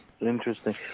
interesting